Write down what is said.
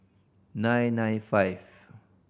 nine nine five